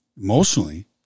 Emotionally